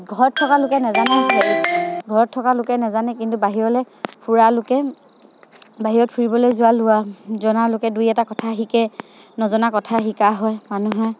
ঘৰত থকা লোকে নাজানে ঘৰত থকা লোকে নাজানে কিন্তু বাহিৰলৈ ফুৰা লোকে বাহিৰত ফুৰিবলৈ যোৱা লোৱা জনা লোকে দুই এটা কথা শিকে নজনা কথা শিকা হয় মানুহে